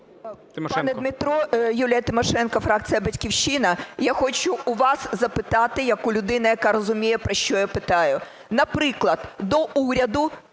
Пане Дмитро… Юлія Тимошенко, фракція "Батьківщина". Я хочу у вас запитати як у людини, яка розуміє, про що я питаю. Наприклад, до уряду